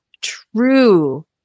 true